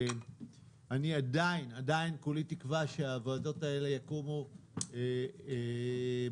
עדיין כולי תקווה שהוועדות האלה יקומו בהסכמה.